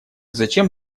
зачем